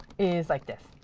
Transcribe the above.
is like this.